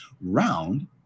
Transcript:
round